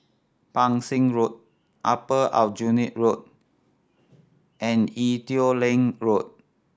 Pang Seng Road Upper Aljunied Road and Ee Teow Leng Road